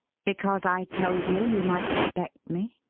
because i told you you might expect me?